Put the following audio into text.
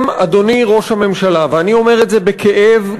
גם המשך הסטטוס-קוו לא יהיה כאן.